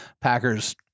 Packers